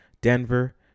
Denver